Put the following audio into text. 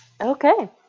Okay